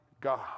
God